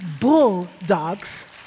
bulldogs